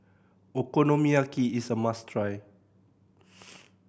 okonomiyaki is a must try